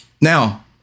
Now